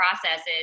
processes